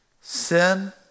Sin